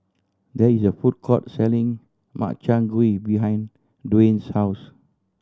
there is a food court selling Makchang Gui behind Dwain's house